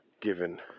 given